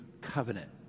covenant